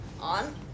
on